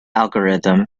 algorithm